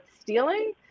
stealing